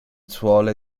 suole